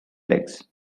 legs